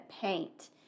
paint